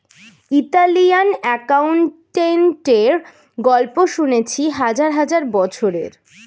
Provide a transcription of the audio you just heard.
Italian অ্যাকাউন্টেন্টের গল্প শুনেছি হাজার হাজার বছরের